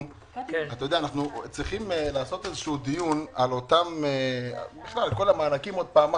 אנחנו צריכים לעשות איזשהו דיון על כל אותם המענקים עוד פעם,